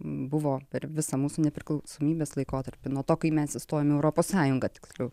buvo per visą mūsų nepriklausomybės laikotarpį nuo to kai mes įstojom į europos sąjungą tiksliau